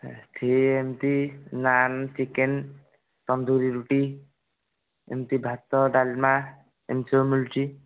ଏଇଠି ଏମିତି ନାନ୍ ଚିକେନ ତନ୍ଦୁରି ରୁଟି ଏମିତି ଭାତ ଡାଲମା ଏମିତି ସବୁ ମିଳୁଛି